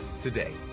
today